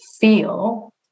feel